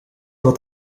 dat